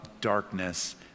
darkness